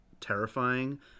terrifying